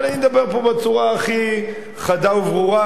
אבל אני אדבר פה בצורה הכי חדה וברורה,